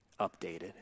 updated